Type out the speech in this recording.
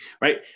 right